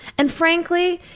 and frankly,